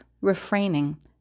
refraining